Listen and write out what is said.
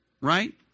right